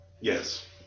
Yes